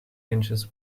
inches